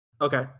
Okay